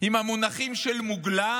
עם המונחים "מוגלה",